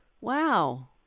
Wow